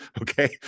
okay